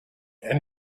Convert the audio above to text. and